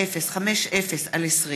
פ/5049/20: